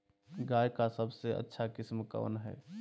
गाय का सबसे अच्छा किस्म कौन हैं?